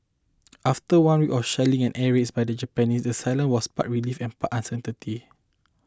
after one week of shelling and air raids by the Japanese the silence was part relief and part uncertainty